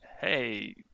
Hey